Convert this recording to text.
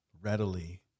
readily